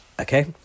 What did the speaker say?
Okay